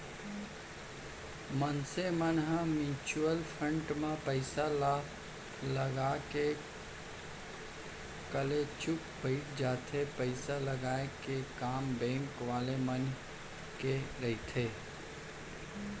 मनसे मन ह म्युचुअल फंड म पइसा ल लगा के कलेचुप बइठ जाथे पइसा लगाय के काम बेंक वाले मन के रहिथे